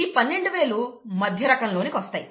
ఈ 12000 మధ్యరకం లోనికి వస్తాయి